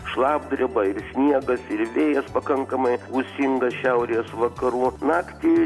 šlapdriba ir sniegas ir vėjas pakankamai gūsingas šiaurės vakarų naktį